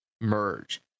merge